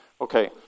Okay